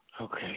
Okay